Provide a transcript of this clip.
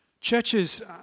Churches